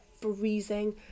freezing